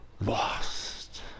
lost